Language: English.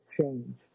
change